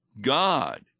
God